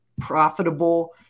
profitable